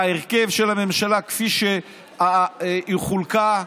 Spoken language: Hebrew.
את ההרכב של הממשלה כפי שהיא חולקה.